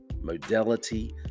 modality